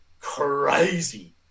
crazy